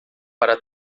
para